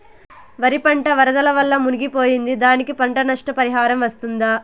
వరి పంట వరదల వల్ల మునిగి పోయింది, దానికి పంట నష్ట పరిహారం వస్తుందా?